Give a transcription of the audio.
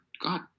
god